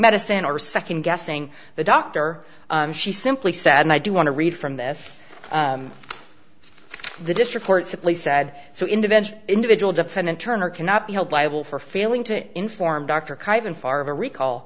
medicine or second guessing the doctor she simply said and i do want to read from this the district court simply said so individual individual defendant turner cannot be held liable for failing to inform dr kevin far of a recall